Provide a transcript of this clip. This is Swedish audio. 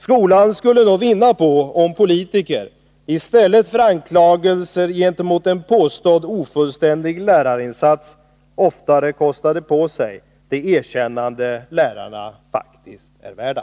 Skolan skulle nog vinna på att politiker i stället för att rikta anklagelser gentemot en påstådd ofullständig lärarinsats oftare kostade på sig det erkännande lärarna faktiskt är värda.